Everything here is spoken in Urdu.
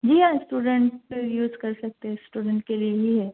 جی اسٹوڈنٹ یوز کر سکتے ہیں اسٹوڈنٹ کے لیے ہی ہے